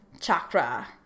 chakra